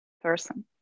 person